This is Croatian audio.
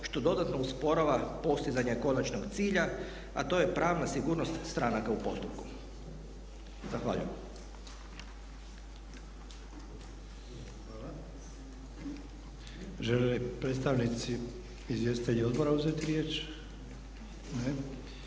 što dodatno usporava postizanje konačnog cilja, a to je pravna sigurnost stranaka u postupku. Zahvaljujem.